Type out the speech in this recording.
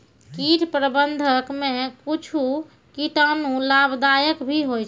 कीट प्रबंधक मे कुच्छ कीटाणु लाभदायक भी होय छै